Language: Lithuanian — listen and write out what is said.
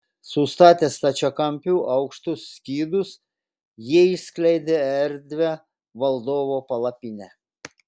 sustatę stačiakampiu aukštus skydus jie išskleidė erdvią valdovo palapinę